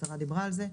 השרה דיברה על זה.